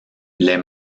les